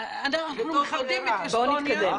בואו נתקדם.